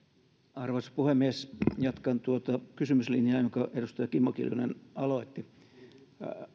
arvoisa puhemies jatkan tuota kysymyslinjaa jonka edustaja kimmo kiljunen aloitti hallitusohjelmassa